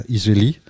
Israeli